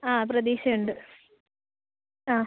ആ പ്രതീഷയുണ്ട് ആ